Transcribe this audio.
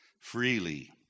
freely